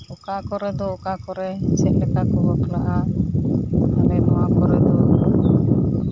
ᱚᱠᱟ ᱠᱚᱨᱮ ᱫᱚ ᱚᱠᱟ ᱠᱚᱨᱮ ᱪᱮᱫ ᱞᱮᱠᱟ ᱠᱚ ᱵᱟᱯᱞᱟᱜᱼᱟ ᱚᱱᱮ ᱱᱚᱣᱟ ᱠᱚᱨᱮ ᱫᱚ